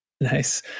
Nice